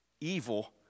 Evil